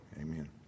Amen